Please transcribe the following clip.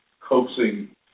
coaxing